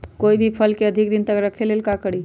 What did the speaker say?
कोई भी फल के अधिक दिन तक रखे के ले ल का करी?